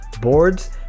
boards